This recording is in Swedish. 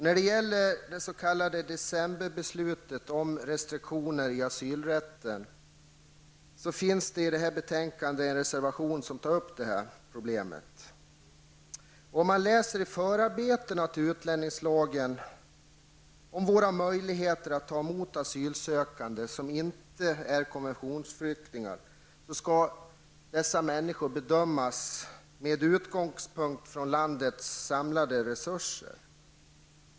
När det gäller decemberbeslutet angåede restriktioner i asylrätten finns det till detta betänkande en reservation som tar upp detta beslut. Om man läser förarbetena till utlänningslagen om våra möjligheter att ta emot asylsökande som inte är konventionsflyktingar, skall dessa asylsökande bedömas med utgångspunkt från landets samlade resurser.